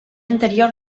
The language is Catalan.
anterior